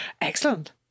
Excellent